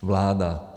Vláda.